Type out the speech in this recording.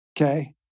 Okay